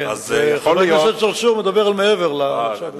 חבר הכנסת צרצור מדבר על מעבר לצו הזה.